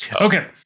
Okay